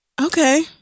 Okay